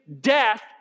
death